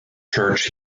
church